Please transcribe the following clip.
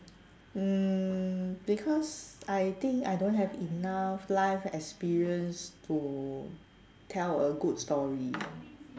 mm because I think I don't have enough life experience to tell a good story